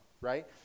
right